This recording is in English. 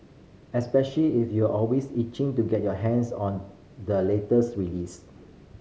especially if you always itching to get your hands on the latest release